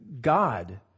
God